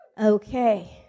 Okay